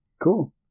cool